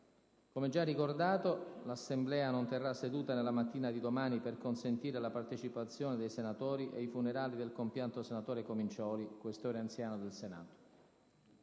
Come già ricordato, l'Assemblea non terrà seduta nella mattinata di domani per consentire la partecipazione dei senatori ai funerali del compianto senatore Comincioli, Questore anziano del Senato.